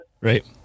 Right